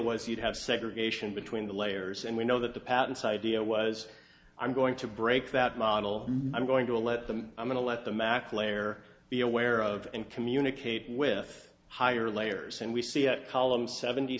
was you'd have segregation between the layers and we know that the patents idea was i'm going to break that model i'm going to let them i'm going to let the mac layer be aware of and communicate with higher layers and we see that column seventy